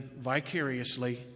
vicariously